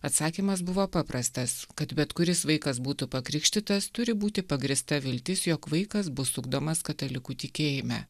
atsakymas buvo paprastas kad bet kuris vaikas būtų pakrikštytas turi būti pagrįsta viltis jog vaikas bus ugdomas katalikų tikėjime